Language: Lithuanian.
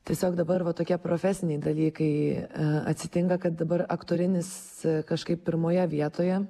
tiesiog dabar va tokie profesiniai dalykai atsitinka kad dabar aktorinis kažkaip pirmoje vietoje